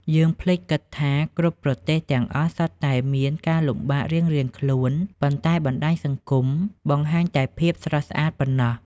យើងភ្លេចគិតថា គ្រប់ប្រទេសទាំងអស់សុទ្ធតែមានការលំបាករៀងៗខ្លួន ប៉ុន្តែបណ្តាញសង្គមបង្ហាញតែភាពស្រស់ស្អាតប៉ុណ្ណោះ។